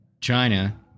china